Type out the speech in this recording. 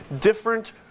different